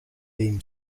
beam